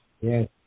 Yes